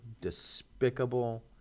despicable